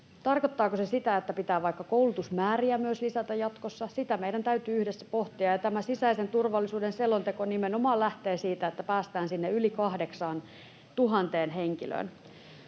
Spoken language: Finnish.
Tarkoittaako se sitä, että pitää vaikka koulutusmääriä myös lisätä jatkossa, sitä meidän täytyy yhdessä pohtia, ja tämä sisäisen turvallisuuden selonteko nimenomaan lähtee siitä, että päästään sinne yli 8 000 henkilöön.